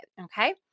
Okay